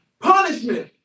punishment